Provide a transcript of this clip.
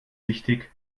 wichtig